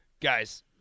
guys